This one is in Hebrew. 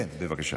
כן, בבקשה.